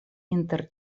inter